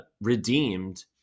redeemed